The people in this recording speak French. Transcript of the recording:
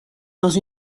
dans